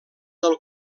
del